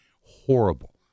horrible